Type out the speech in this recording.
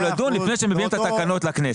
לדון בו לפני שמביאים את התקנות לכנסת.